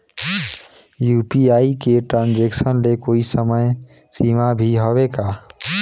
UPI के transaction ले कोई समय सीमा भी हवे का?